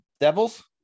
Devils